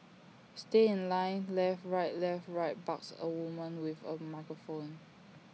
stay in line left right left right barks A woman with A microphone